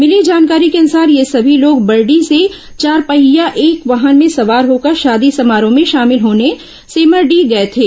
मिली जानकारी को अनुसार ये सभी लोग बरडीह से चारपहिया एक वाहन में सवार होकर शादी समारोह में शामिल होने सेमरडीह गए थे